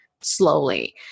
slowly